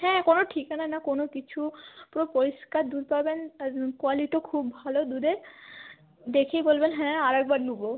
হ্যাঁ কোনো ঠিকানা না কোনো কিছু পুরো পরিষ্কার দুধ পাবেন আর কোয়ালিটিও খুব ভালো দুধের দেখেই বলবেন হ্যাঁ আর একবার নেব